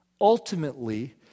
Ultimately